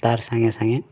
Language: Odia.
ତାର୍ ସାଙ୍ଗେ ସାଙ୍ଗେ